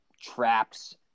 traps